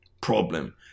Problem